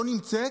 לא נמצאת.